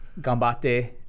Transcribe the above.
gambate